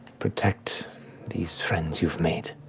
protect these friends you've made,